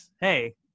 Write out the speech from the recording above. hey